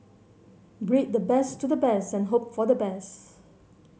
breed the best to the best and hope for the best